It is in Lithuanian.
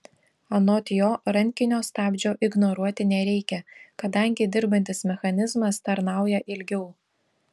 anot jo rankinio stabdžio ignoruoti nereikia kadangi dirbantis mechanizmas tarnauja ilgiau